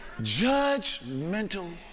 Judgmental